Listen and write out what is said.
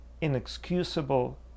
inexcusable